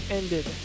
ended